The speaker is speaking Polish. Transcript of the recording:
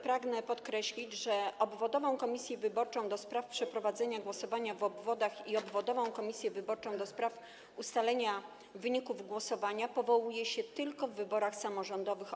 Pragnę podkreślić, że obwodową komisję wyborczą do spraw przeprowadzenia głosowania w obwodach i obwodową komisję wyborczą do spraw ustalenia wyników głosowania powołuje się tylko w ogólnokrajowych wyborach samorządowych.